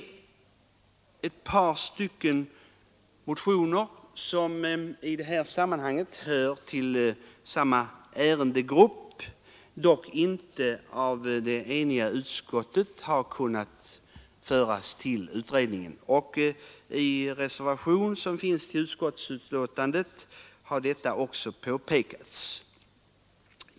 Det finns ett par motioner som hör till samma ärendegrupp som den jag nyss berört men som utskottet inte kunnat enas om att föra till utredningen. I reservationen som är fogad till utskottets betänkande har detta också påpekats.